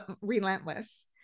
relentless